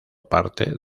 parte